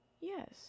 yes